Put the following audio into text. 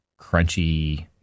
crunchy